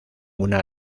una